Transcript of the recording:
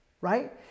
Right